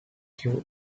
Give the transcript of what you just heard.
queue